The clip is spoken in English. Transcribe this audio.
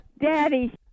daddy